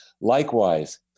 Likewise